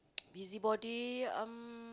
busybody um